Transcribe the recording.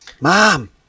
Mom